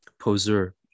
poser